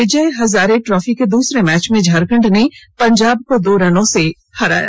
विजय Hazare trophy के दूसरे match में झारखंड ने पंजाब को दो रनों से हराया